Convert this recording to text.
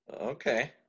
Okay